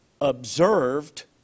observed